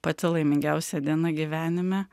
pati laimingiausia diena gyvenime